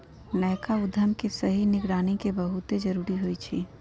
नयका उद्यम के सही निगरानी के बहुते जरूरी होइ छइ